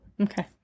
Okay